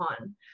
on